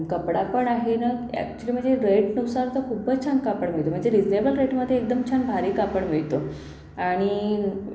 कपडा पण आहे ना अॅक्च्युअली म्हणजे रेटनुसार तर खूपच छान कापड मिळतं म्हणजे रिझनेबल रेटमध्ये एकदम छान भारी कापड मिळतं आणि